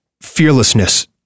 fearlessness